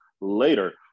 later